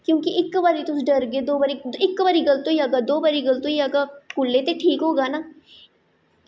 क्योंकि इक्क बारी डरगे तुस दौ बारी डरगे इक्क बारी गलत होई जाह्ग दौ बारी गलत होई जाह्ग कुसलै ते ठीक होगा ना